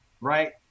right